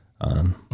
on